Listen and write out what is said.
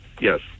Yes